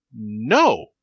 No